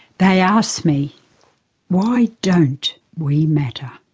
they asked me why don't we matter?